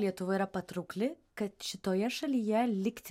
lietuva yra patraukli kad šitoje šalyje likti